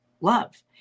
love